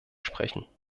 sprechen